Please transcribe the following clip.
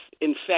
infect